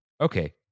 Okay